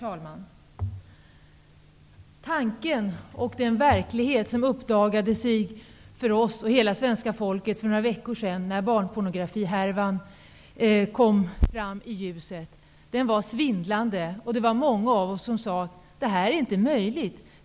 Herr talman! Tanken och den verklighet som uppdagade sig för oss och för hela svenska folket för några veckor sedan, när barnpornografihärvan kom fram i ljuset, var svindlande. Det var många av oss som sade: Det här är inte möjligt.